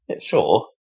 sure